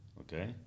okay